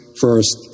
first